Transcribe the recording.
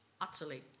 utterly